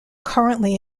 currently